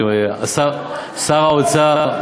שר האוצר,